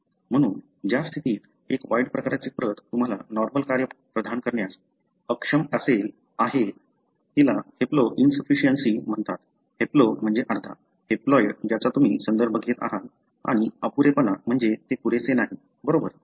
म्हणून ज्या स्थितीत एक वाइल्ड प्रकारची प्रत तुम्हाला नॉर्मल कार्य प्रदान करण्यास अक्षम आहे तिला हॅप्लोइनसफीशियन्सी म्हणतात हॅप्लो म्हणजे अर्धा हॅप्लोइड ज्याचा तुम्ही संदर्भ घेत आहात आणि अपुरेपणा म्हणजे ते पुरेसे नाही बरोबर